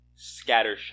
scattershot